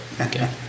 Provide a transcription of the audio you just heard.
okay